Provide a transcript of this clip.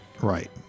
Right